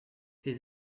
his